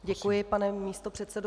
Děkuji, pane místopředsedo.